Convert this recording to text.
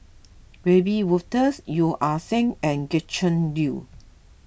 Wiebe Wolters Yeo Ah Seng and Gretchen Liu